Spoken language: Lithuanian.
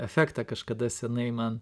efektą kažkada senai man